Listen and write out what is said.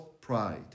pride